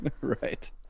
right